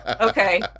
Okay